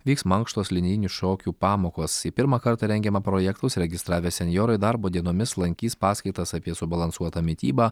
vyks mankštos linijinių šokių pamokos į pirmą kartą rengiamą projektą užsiregistravę senjorai darbo dienomis lankys paskaitas apie subalansuotą mitybą